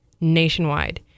nationwide